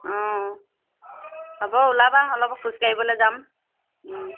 অ হ'ব ওলাবা অলপ খোজ কাঢ়িবলৈ যাম